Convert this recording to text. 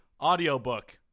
audiobook